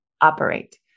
operate